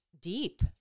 deep